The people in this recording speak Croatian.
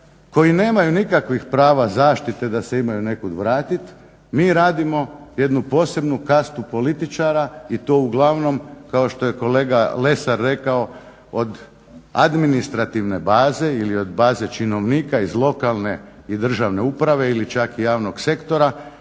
koji nemaju nikakvih prava zaštite da se imaju nekud vratit. Mi radimo jednu posebnu kastu političara i to uglavnom kao što je kolega Lesar rekao od administrativne baze ili od baze činovnika iz lokalne i državne uprave ili čak javnog sektora